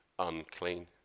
Unclean